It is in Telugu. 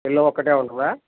ఎల్లో ఒక్కటే ఉంటుందా